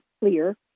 clear